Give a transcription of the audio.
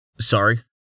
Sorry